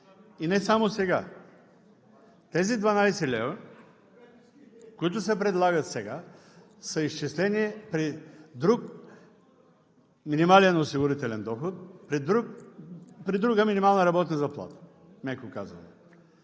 И не само сега. Тези 12 лв., които се предлагат сега, са изчислени при друг минимален осигурителен доход, при друга минимална работна заплата, меко казано.